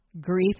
Grief